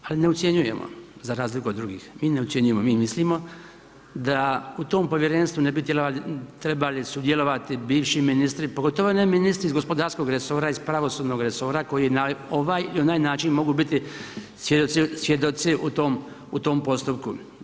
I mislimo ali ne ucjenjujemo za razliku od drugih, mi ne ucjenjujemo, mi mislimo da u tom povjerenstvu ne bi trebali sudjelovati bivši ministri, pogotovo ne ministri iz gospodarskog resora, iz pravosudnog resora, koji na ovaj ili onaj način mogu biti svjedoci u tom postupku.